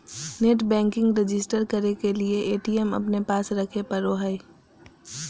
net banking register करे के लिए ए.टी.एम अपने पास रखे पड़ो हइ